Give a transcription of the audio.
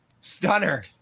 Stunner